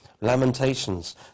Lamentations